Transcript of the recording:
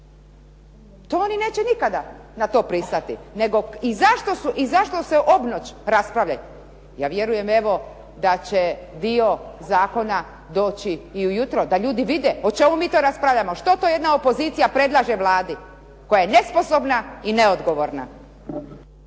To oni neće nikada na to pristati, nego i zašto se obnoć raspravljaju? Ja vjerujem evo, da će dio zakona doći i ujutro da ljudi vide o čemu mi to raspravljamo, što to jedna opozicija predlaže Vladi koja je nesposobna i neodgovorna